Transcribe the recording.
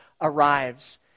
arrives